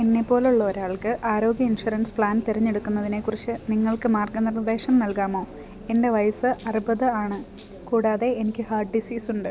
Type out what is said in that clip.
എന്നെപ്പോലെയുള്ളൊരാൾക്ക് ആരോഗ്യ insurance plan തിരഞ്ഞെടുക്കുന്നതിനെക്കുറിച്ച് നിങ്ങൾക്ക് മാർഗ്ഗനിർദ്ദേശം നൽകാമോ എൻ്റെ വയസ്സ് അറുപതാണ് കൂടാതെ എനിക്ക് ഹാർട്ട് ഡിസീസ് ഉണ്ട്